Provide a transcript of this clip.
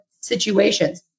situations